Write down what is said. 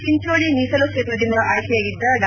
ಚಿಂಚೋಳ ಮೀಸಲು ಕ್ಷೇತ್ರದಿಂದ ಆಯ್ಕೆಯಾಗಿದ್ದ ಡಾ